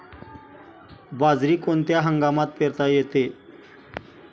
बाजरी कोणत्या हंगामात पेरता येते?